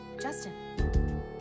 Justin